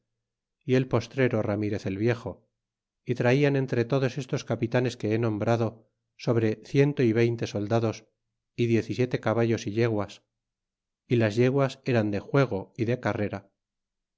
y el postrero ramirez el viejo y traian entre todos estos capitanes que he nombrado sobre ciento y veinte soldados y diez y siete caballos o yeguas é las yeguas eran de juego y de carrera